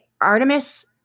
Artemis